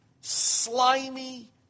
slimy